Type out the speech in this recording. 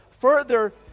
further